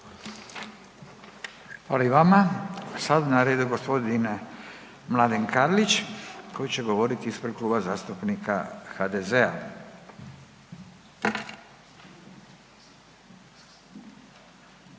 Hvala i vama. Sada je na redu gospodin Silvano Hrelja koji će govoriti u ime Kluba zastupnika HSS-a i HSU-a.